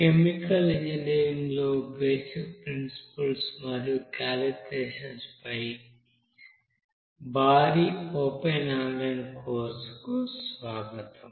chemical ఇంజనీరింగ్లో basic principles మరియు calculations పై భారీ ఓపెన్ ఆన్లైన్ కోర్సుకు స్వాగతం